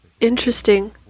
interesting